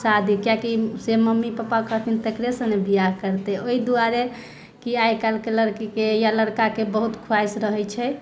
शादी कियाकि से मम्मी पप्पा कहथिन तेकरेसंँ ने बिआह करतै ओहि दुआरे की आइ काल्हिके लड़कीके या लड़काके बहुत खवाहिश रहैत छै